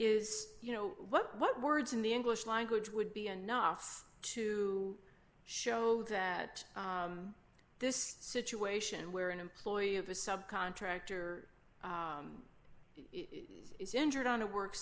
is you know what words in the english language would be enough to show that this situation where an employee of a subcontractor is injured on a work